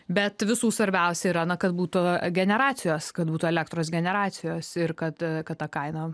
bet visų svarbiausia yra na kad būtų generacijos kad būtų elektros generacijos ir kad kad ta kaina